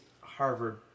Harvard